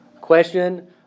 question